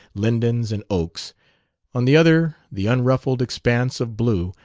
lindens and oaks on the other the unruffled expanse of blue,